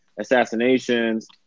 Assassinations